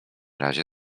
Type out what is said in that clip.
razie